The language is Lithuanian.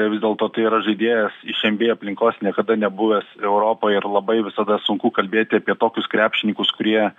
vis dėlto tai yra žaidėjas iš nba aplinkos niekada nebuvęs europoje ir labai visada sunku kalbėti apie tokius krepšininkus kurie